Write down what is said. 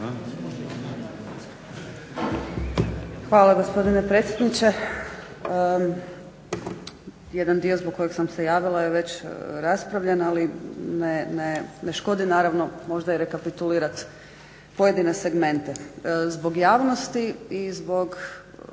Hvala gospodine predsjedniče. Jedan dio zbog kojeg sam se javila je već raspravljan ali ne škodi naravno možda i rekapitulirati pojedine segmente. Zbog javnosti i zbog